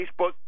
Facebook